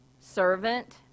servant